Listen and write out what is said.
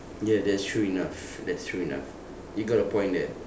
ya that's true enough that's true enough you got a point there